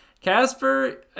Casper